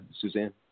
Suzanne